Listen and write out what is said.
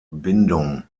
bindung